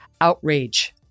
outrage